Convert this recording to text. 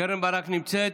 קרן ברק נמצאת?